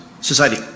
society